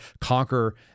conquer